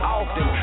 often